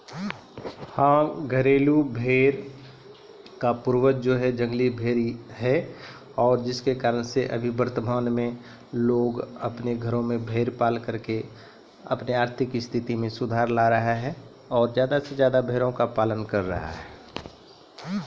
घरेलू भेड़ केरो पूर्वज जंगली भेड़ छिकै